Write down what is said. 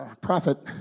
prophet